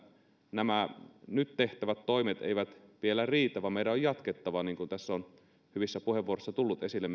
nämä nyt tehtävät toimet eivät vielä riitä vaan meidän on jatkettava niin kuin tässä on hyvissä puhevuoroissa tullut esille